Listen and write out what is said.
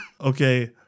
Okay